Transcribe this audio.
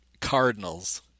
Cardinals